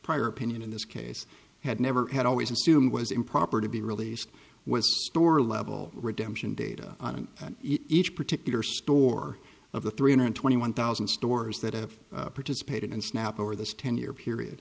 prior opinion in this case had never had always assumed was improper to be released was store level redemption data on each particular store of the three hundred twenty one thousand stores that have participated in snap over this ten year period